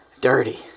dirty